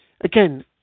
again